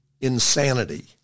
insanity